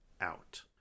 out